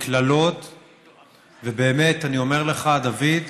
קללות, ובאמת, אני אומר לך, דוד,